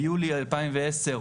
ביולי 2010,